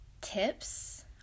tips